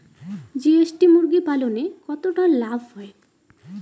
GST মুরগি পালনে কতটা লাভ হয়?